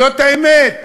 זאת האמת.